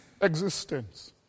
existence